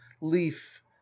leaf